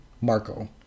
Marco